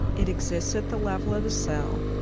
it exists at the level of the cell.